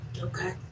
Okay